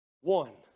One